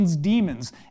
demons